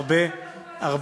גם לקואליציה,